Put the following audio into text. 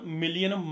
million